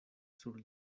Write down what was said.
sur